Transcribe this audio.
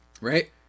right